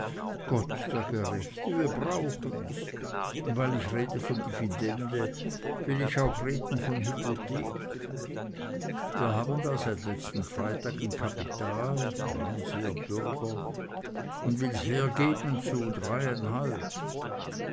gott der gerechte wir brauchen's und weil ich rede von dividende will ich auch reden von hypothek wir haben da seit letzten freitag n kapital granseer bürger und will's hergeben zu dreiundeinhalb